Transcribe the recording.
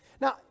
Now